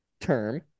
term